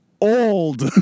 Old